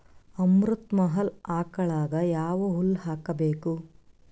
ಅಮೃತ ಮಹಲ್ ಆಕಳಗ ಯಾವ ಹುಲ್ಲು ಹಾಕಬೇಕು?